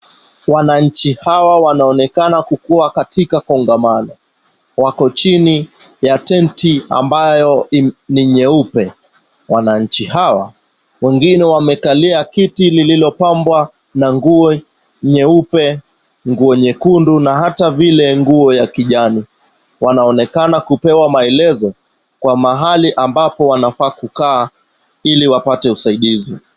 Wananchi hawa wanaonekana kukuwa katika kongamano. Wako chini ya tenti ambayo ni nyeupe. Wananchi hawa wengine wamekalia kiti lililopambwa na nguo nyeupe, nguo nyekundu na hata vile nguo ya kijani. Wanaonekana kupewa maelezo kwa mahali ambapo wanafaa kukaa ili wapate usaidizi.